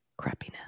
crappiness